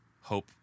hope